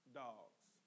dogs